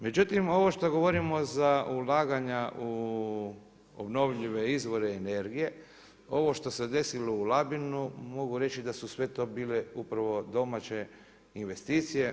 Međutim ovo što govorim za ulaganja u obnovljive izvore energije, ovo što se desilo u Labinu mogu reći da su sve to bile upravo domaće investicije.